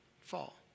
fall